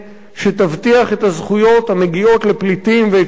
שתבטיח את הזכויות המגיעות לפליטים ואת שילובם